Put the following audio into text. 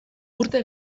urte